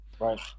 right